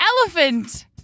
elephant